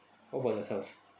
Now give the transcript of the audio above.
what about yourself